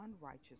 unrighteous